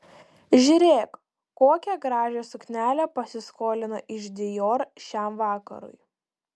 žiūrėk kokią gražią suknelę pasiskolino iš dior šiam vakarui